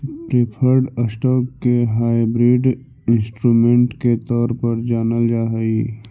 preferred stock के hybrid instrument के तौर पर जानल जा हइ